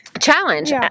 challenge